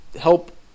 help